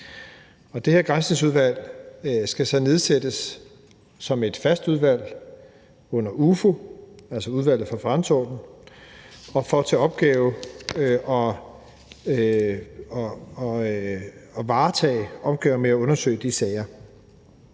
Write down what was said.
Det her Granskningsudvalg skal så nedsættes som et fast udvalg under Udvalget for Forretningsordenen og får til opgave at varetage opgaven med at undersøge de sager.